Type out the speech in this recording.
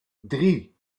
drie